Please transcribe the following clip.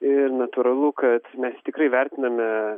ir natūralu kad mes tikrai vertiname